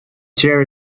chair